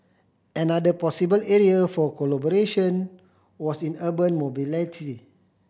another possible area for collaboration was in urban mobility